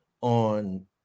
on